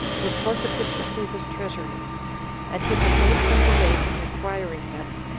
were forfeited to caesar's treasury and he had made some delays in requiring them,